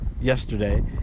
yesterday